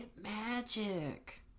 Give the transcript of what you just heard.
magic